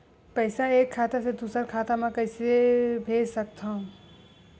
पईसा एक खाता से दुसर खाता मा कइसे कैसे भेज सकथव?